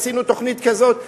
עשינו תוכנית כזאת.